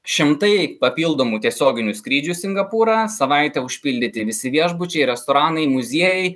šimtai papildomų tiesioginių skrydžių singapūrą savaitę užpildyti visi viešbučiai restoranai muziejai